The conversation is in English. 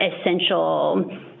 essential